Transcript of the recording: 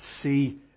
see